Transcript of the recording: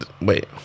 Wait